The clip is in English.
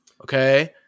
Okay